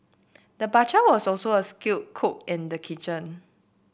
the butcher was also a skilled cook in the kitchen